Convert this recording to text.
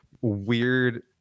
weird